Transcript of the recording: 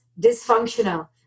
dysfunctional